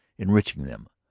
enriching them,